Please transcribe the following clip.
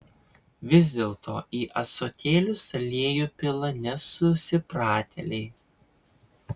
vis dėlto į ąsotėlius aliejų pila nesusipratėliai